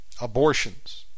abortions